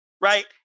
right